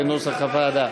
כנוסח הוועדה.